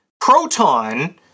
Proton